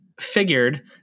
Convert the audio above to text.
figured